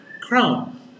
crown